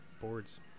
boards